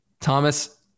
Thomas